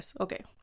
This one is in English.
okay